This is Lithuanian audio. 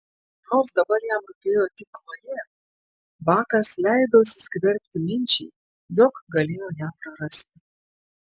nors dabar jam rūpėjo tik chlojė bakas leido įsiskverbti minčiai jog galėjo ją prarasti